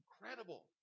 incredible